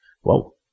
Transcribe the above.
whoa